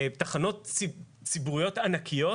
תחנות ציבוריות ענקיות,